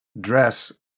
dress